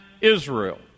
Israel